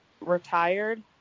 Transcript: retired